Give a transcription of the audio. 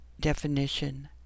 definition